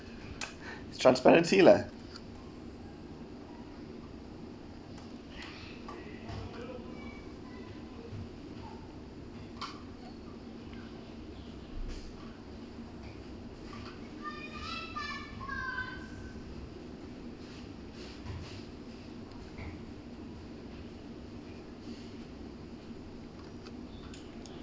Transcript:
transparency lah